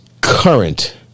current